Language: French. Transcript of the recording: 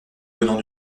venant